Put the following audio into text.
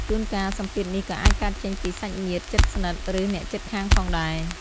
ជួនកាល សម្ពាធនេះក៏អាចកើតចេញពីសាច់ញាតិជិតស្និទ្ធ ឬអ្នកជិតខាងផងដែរ។